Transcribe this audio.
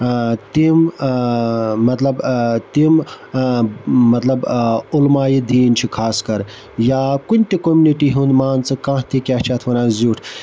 تِم مطلب تِم مطلَب عُلمایہِ دیٖن چھِ خاص کر یا کُنہِ تہِ کوٚمنِٹی ہُنٛد مان ژٕ کانٛہہ تہِ کیٛاہ چھِ اتھ وَنان زیُٹھ